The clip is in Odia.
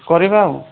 କରିବା ଆଉ